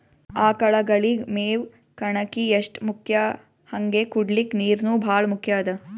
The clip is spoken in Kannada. ಆಕಳಗಳಿಗ್ ಮೇವ್ ಕಣಕಿ ಎಷ್ಟ್ ಮುಖ್ಯ ಹಂಗೆ ಕುಡ್ಲಿಕ್ ನೀರ್ನೂ ಭಾಳ್ ಮುಖ್ಯ ಅದಾ